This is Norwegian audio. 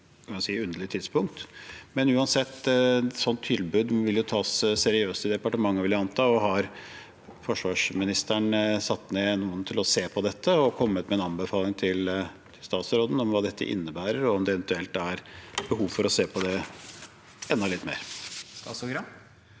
men uansett: Et sånt tilbud ville tas seriøst i departementet, vil jeg anta. Har forsvarsministeren satt noen til å se på dette og kommet med en anbefaling til statsråden om hva dette innebærer, og om det eventuelt er behov for å se på det enda litt mer?